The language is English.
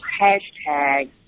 hashtag